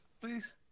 Please